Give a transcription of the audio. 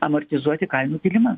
amortizuoti kainų kilimą